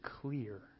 clear